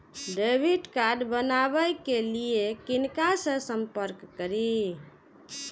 Debit card बनावे के लिए किनका से संपर्क करी?